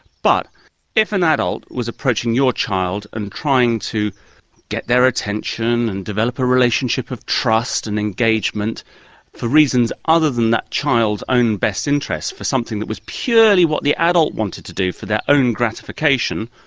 but if an adult was approaching your child and trying to get their attention and develop a relationship of trust and engagement for reasons other than that child's own best interests, for something that was purely what the adult wanted to do for their own gratification,